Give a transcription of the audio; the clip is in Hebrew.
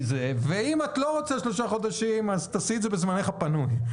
ואם את לא רוצה, תעשי את זה בזמנך הפנוי.